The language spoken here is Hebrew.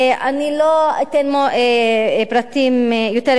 אני לא אתן פרטים, יותר פרטים.